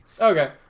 okay